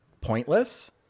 pointless